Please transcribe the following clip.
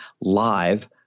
live